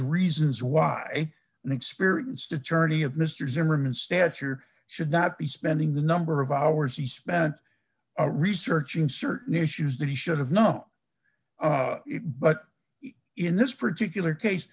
reasons why an experienced attorney of mr zimmerman stature should not be spending the number of hours he spent researching certain issues that he should have know but in this particular case